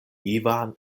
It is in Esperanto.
ivan